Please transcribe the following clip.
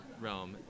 realm